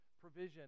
provision